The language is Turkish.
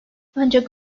ancak